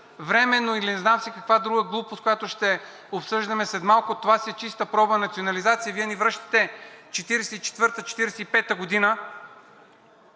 временно или не знам си каква друга глупост, която ще обсъждаме след малко, това си е чиста проба национализация и Вие ни връщате 1944 – 1945 г.